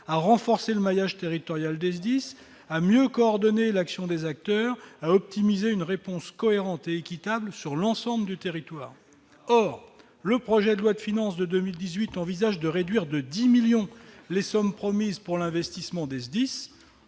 à renforcer le maillage territorial DC10 à mieux coordonner l'action des acteurs à optimiser une réponse cohérente et équitable sur l'ensemble du territoire, or le projet de loi de finances de 2018 envisage de réduire de 10 millions les sommes promises pour l'investissement, 10